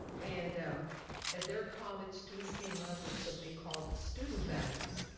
and at their college, students came up with what they call student values.